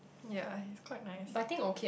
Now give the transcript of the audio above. yea he's quite nice